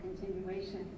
continuation